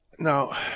Now